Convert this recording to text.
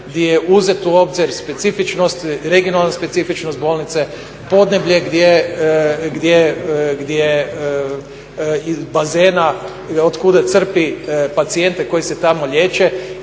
gdje je uzeto u obzir specifičnost, regionalna specifičnost bolnice, podneblje i bazena otkuda crpi pacijente koji se tamo liječe